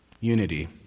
Unity